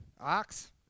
ox